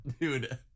Dude